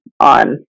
On